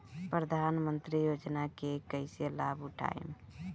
प्रधानमंत्री योजना के कईसे लाभ उठाईम?